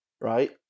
right